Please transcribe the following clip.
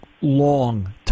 long